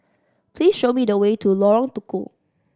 please show me the way to Lorong Tukol